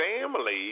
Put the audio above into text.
family